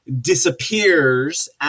disappears